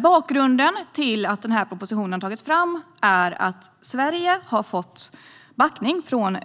Bakgrunden till att propositionen har tagits fram är att Sverige har fått backning från